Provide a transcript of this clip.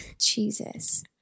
Jesus